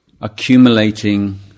accumulating